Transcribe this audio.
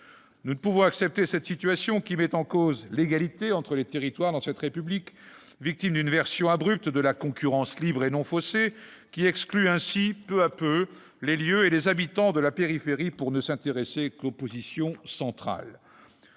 Nous ne pouvons accepter une telle situation dans notre République, car elle met en cause l'égalité entre les territoires, lesquels sont les victimes d'une version abrupte de la concurrence libre et non faussée qui exclut ainsi, peu à peu, les lieux et les habitants de la périphérie pour ne s'intéresser qu'aux positions centrales.